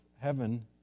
heaven